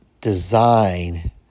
design